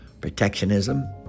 protectionism